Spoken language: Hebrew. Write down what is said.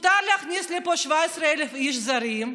מותר להכניס לפה 17,000 איש זרים,